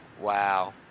wow